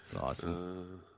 Awesome